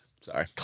Sorry